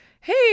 hey